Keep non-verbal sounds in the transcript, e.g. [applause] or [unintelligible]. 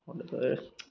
[unintelligible]